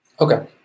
Okay